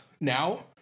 now